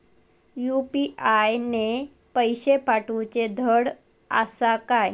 UPI ने पैशे पाठवूचे धड आसा काय?